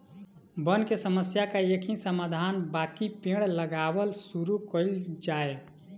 वन के समस्या के एकही समाधान बाकि पेड़ लगावल शुरू कइल जाए